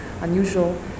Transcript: unusual